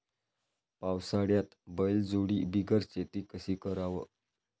पावसाळ्यात बैलजोडी बिगर शेती कशी कराव?